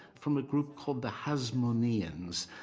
from a group called the hasmoneans,